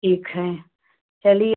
एक है चलिए